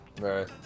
Right